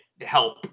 help